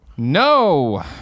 No